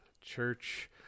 church